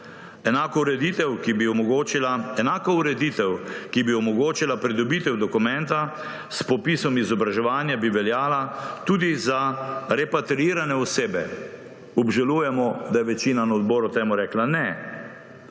Enaka ureditev, ki bi omogočila pridobitev dokumenta s popisom izobraževanja, bi veljala tudi za repatriirane osebe. Obžalujemo, da je večina na odboru temu rekla ne.